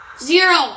Zero